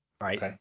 right